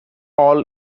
all